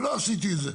ולא עשיתי את זה.